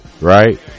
Right